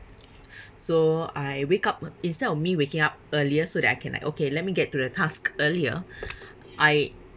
so I wake up instead of me waking up earlier so that I can like okay let me get to the task earlier I